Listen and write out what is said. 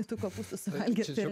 tų kopūstų suvalgyti